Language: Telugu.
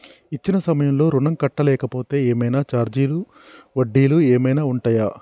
ఇచ్చిన సమయంలో ఋణం కట్టలేకపోతే ఏమైనా ఛార్జీలు వడ్డీలు ఏమైనా ఉంటయా?